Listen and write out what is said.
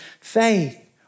faith